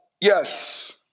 yes